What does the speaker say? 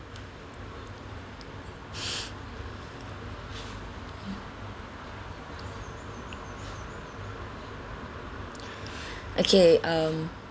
okay um